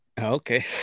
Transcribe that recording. Okay